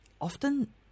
often